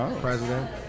president